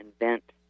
invent